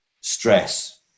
stress